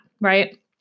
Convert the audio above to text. right